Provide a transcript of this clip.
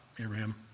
Abraham